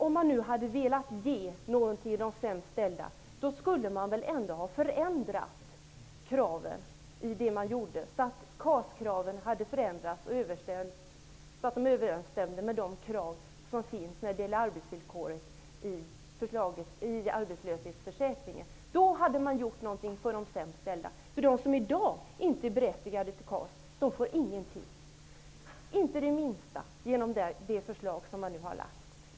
Om man hade velat göra någonting för de sämst ställda, skulle man ändå ha förändrat KAS-kraven så, att de hade stämt överens med kraven i fråga om arbetsvillkoret i arbetslöshetsförsäkringen. Då hade man gjort någonting för de sämst ställda. De som i dag inte är berättigade till KAS får ingenting, inte det minsta, genom det förslag som nu har lagts fram.